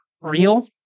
real